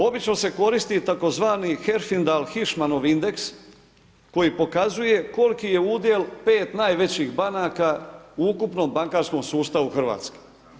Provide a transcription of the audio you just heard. Obično se koristi tzv. Herfindahl-Hirschman Indeks koji pokazuje koliki je udjel 5 najvećih banaka u ukupnom bankarskom sustavu Hrvatske.